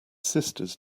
sisters